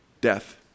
Death